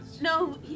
No